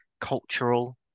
cultural